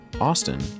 austin